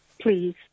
Please